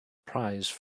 prize